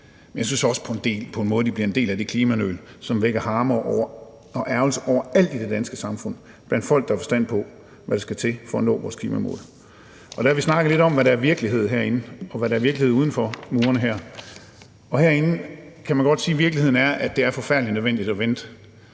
på en måde også, at de bliver en del af det klimanøl, som vækker harme og ærgrelse overalt i det danske samfund blandt folk, der har forstand på, hvad der skal til for at nå vores klimamål. Kl. 18:12 Vi har snakket lidt om, hvad der er virkeligheden herinde, og hvad der er virkeligheden uden for murene her, og herinde kan man godt sige, at virkeligheden er, at det er forfærdeligt nødvendigt at vente